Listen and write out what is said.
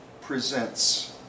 presents